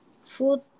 food